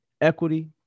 equity